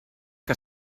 que